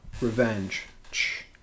revenge